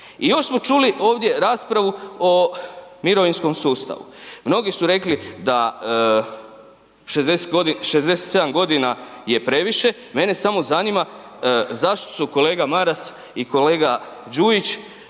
I još smo čuli ovdje raspravu o mirovinskom sustavu, mnogi su rekli da 67.g. je previše, mene samo zanima zašto su kolega Maras i kolega Đujić